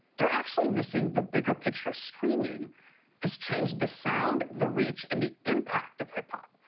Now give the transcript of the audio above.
they're actually missing the bigger picture. streaming has changed the sound, the reach and the impact of hip-hop.